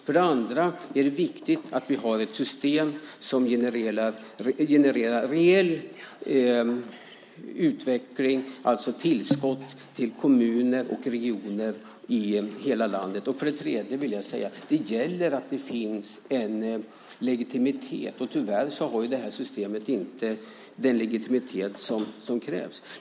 För det andra är det viktigt att vi har ett system som genererar reell utveckling, alltså tillskott till kommuner och regioner i hela landet. För det tredje gäller det att det finns en legitimitet. Tyvärr har inte det här systemet den legitimitet som krävs.